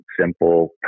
simple